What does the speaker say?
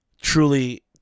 Truly